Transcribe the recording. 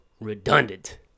redundant